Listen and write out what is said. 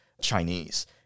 Chinese